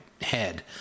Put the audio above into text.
head